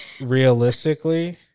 realistically